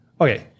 okay